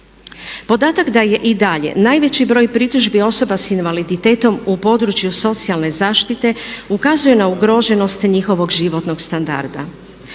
Podatak da je i dalje najveći broj pritužbi osoba sa invaliditetom u području socijalne zaštite ukazuje na ugroženost njihovog životnog standarda.